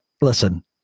Listen